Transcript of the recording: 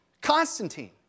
Constantine